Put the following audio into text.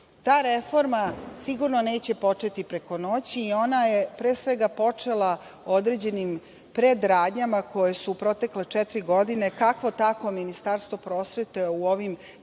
Ta reforma sigurno neće početi preko noći i ona je pre svega počela određenim predradnjama koje je u protekle četiri godine kako-kako Ministarstvo prosvete u ovim